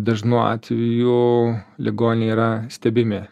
dažnu atveju ligoniai yra stebimi